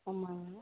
ஆமாங்க